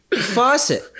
faucet